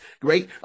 great